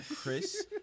Chris